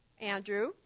Andrew